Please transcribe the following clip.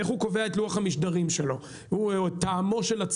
איך הוא קובע את לוח המשדרים שלו או את טעמו של הציבור?